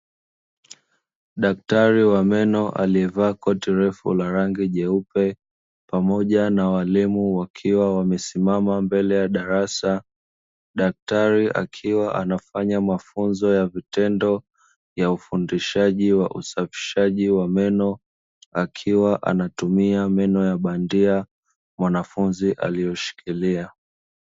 Daktari wa meno aliyevaa koti refu la rangi jeupe, pamoja na walimu wakiwa wamesimama mbele ya darasa. Daktari akiwa anafanya mafunzo ya vitendo ya ufundishaji wa usafishaji wa meno akiwa anatumia meno, ya bandia mwanafunzi aliyoshikilia.